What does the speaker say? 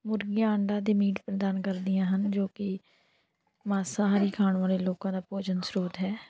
ਮੁਰਗੀਆਂ ਆਂਡਾ ਅਤੇ ਮੀਟ ਪ੍ਰਦਾਨ ਕਰਦੀਆਂ ਹਨ ਜੋ ਕਿ ਮਾਸਾਹਾਰੀ ਖਾਣ ਵਾਲੇ ਲੋਕਾਂ ਦਾ ਭੋਜਨ ਸਰੋਤ ਹੈ